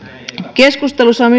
keskustelussa on